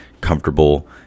comfortable